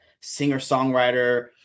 singer-songwriter